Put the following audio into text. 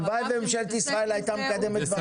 הלוואי וממשלת ישראל הייתה מקדמת דברים כך.